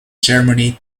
germany